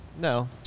No